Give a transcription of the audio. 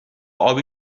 ابی